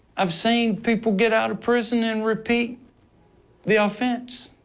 i've seen people get out of prison and repeat the offense.